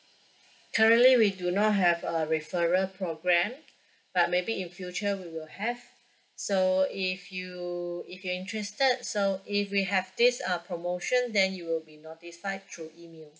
currently we do not have a referral program but maybe in future we will have so if you if you interested so if we have this uh promotion then you'll be notified through email